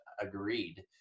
Agreed